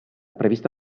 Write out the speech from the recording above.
prevista